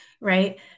right